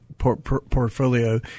portfolio